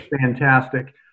fantastic